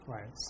Right